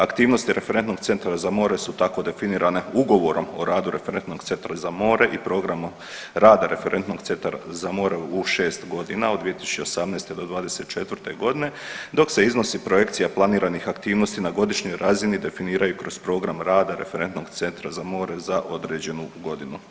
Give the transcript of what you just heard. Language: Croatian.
Aktivnosti Referentnog centra za more su tako definirane ugovore o radu Referentnog centra za more i programu rada Referentnog centra za more u šest godina od 2018.-2024.g. dok se iznosi projekcija planiranih aktivnosti na godišnjoj razini definiraju kroz program rada Referentnog centra za more za određenu godinu.